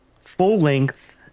full-length